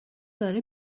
داره